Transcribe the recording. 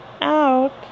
out